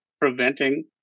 preventing